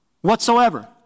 whatsoever